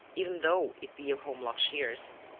even though it be a holmlock shears.